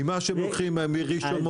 עם מה שלוקחים מראשון,